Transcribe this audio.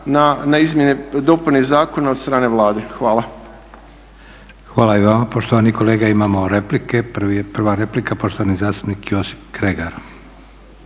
na izmjene i dopune Zakona od strane Vlade. Hvala. **Leko, Josip (SDP)** Hvala i vama poštovani kolega. Imamo replike. Prva replika poštovani zastupnik Josip Kregar.